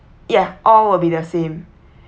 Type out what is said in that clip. yeah all will be the same